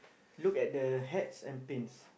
look at the hats and pins